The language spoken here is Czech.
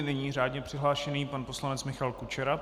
Nyní řádně přihlášený pan poslanec Michal Kučera.